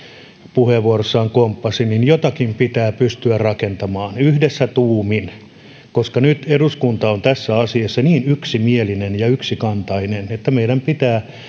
puheenvuorossaan komppasi eli jotakin pitää pystyä rakentamaan yhdessä tuumin koska nyt eduskunta on tässä asiassa niin yksimielinen ja yksikantainen että meidän pitää